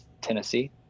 Tennessee